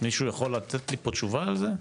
מישהו יכול לתת לי פה תשובה על זה?